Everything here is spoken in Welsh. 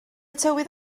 tywydd